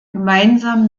gemeinsam